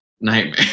nightmare